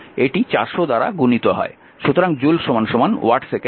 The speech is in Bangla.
সুতরাং জুল ওয়াট সেকেন্ড